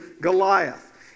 Goliath